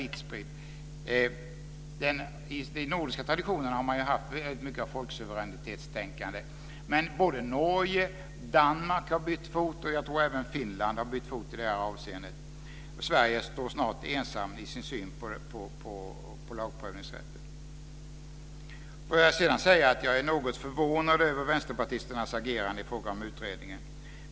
I den nordiska traditionen han man ju haft väldigt mycket av folksuveränitetstänkande, men Norge och Danmark, och jag tror att även Finland, har bytt fot i det här avseendet. Sverige står snart ensamt i sin syn på lagprövningsrätten. Får jag sedan säga att jag är något förvånad över vänsterpartisternas agerande i frågan om utredningen.